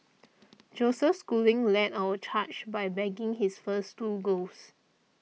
Joseph Schooling led our charge by bagging his first two golds